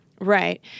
Right